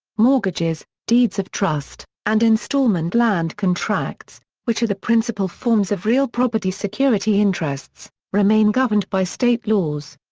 mortgages, deeds of trust, and installment land contracts, which are the principal forms of real property security interests, remain governed by state laws.